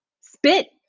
spit